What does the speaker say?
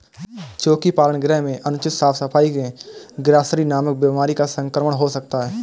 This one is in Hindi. चोकी पालन गृह में अनुचित साफ सफाई से ग्रॉसरी नामक बीमारी का संक्रमण हो सकता है